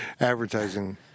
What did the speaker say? advertising